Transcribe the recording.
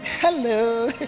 hello